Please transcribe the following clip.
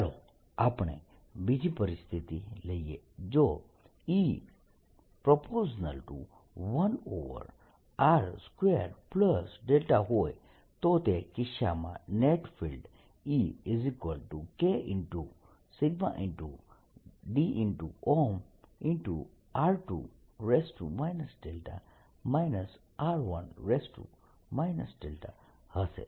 ચાલો આપણે બીજી પરિસ્થિતિ લઈએ જો E∝1r2δ હોય તો તે કિસ્સામાં net field Ek σ dr2 r1 હશે